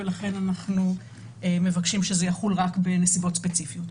ולכן אנחנו מבקשים שזה יחול רק בנסיבות ספציפיות.